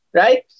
right